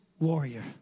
warrior